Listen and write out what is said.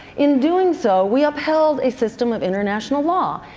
in doing so, we upheld a system of international law.